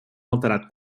alterat